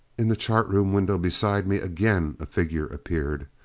in the chart room window beside me again a figure appeared!